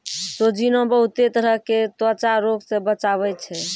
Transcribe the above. सोजीना बहुते तरह के त्वचा रोग से बचावै छै